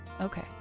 Okay